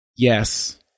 Yes